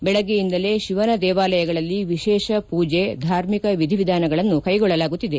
ಬೆಳಗ್ಗೆಯಿಂದಲೇ ಶಿವನ ದೇವಾಲಯಗಳಲ್ಲಿ ವಿಶೇಷ ಪೂಜೆ ಧಾರ್ಮಿಕ ವಿಧಿ ವಿಧಾನಗಳನ್ನು ಕೈಗೊಳ್ಳಲಾಗುತ್ತಿದೆ